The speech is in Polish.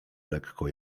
lekko